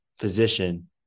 position